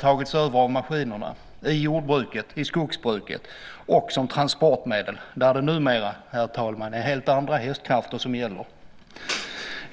tagits över av maskinerna i jordbruket, i skogsbruket och som transportmedel där det numera, herr talman, är helt andra hästkrafter som gäller.